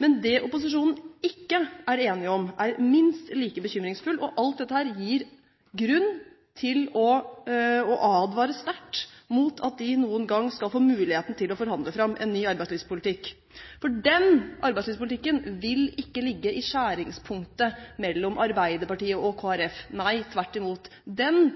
Men det opposisjonen ikke er enig om, er minst like bekymringsfullt. Alt dette gir grunn til å advare sterkt mot at de noen gang skal få muligheten til å forhandle fram en ny arbeidslivspolitikk, for den arbeidslivspolitikken vil ikke ligge i skjæringspunktet mellom Arbeiderpartiet og Kristelig Folkeparti. Nei, tvert imot. Den